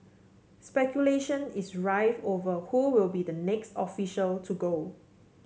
speculation is rife over who will be the next official to go